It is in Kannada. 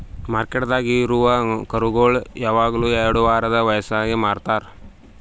ಮಾರ್ಕೆಟ್ದಾಗ್ ಇರವು ಕರುಗೋಳು ಯವಗನು ಎರಡು ವಾರದ್ ವಯಸದಾಗೆ ಮಾರ್ತಾರ್